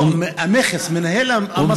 לא המכס, מנהל מס הכנסה.